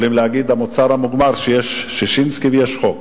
יכולים להגיד: המוצר המוגמר, יש ששינסקי ויש חוק.